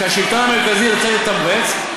שהשלטון המרכזי ירצה לתמרץ,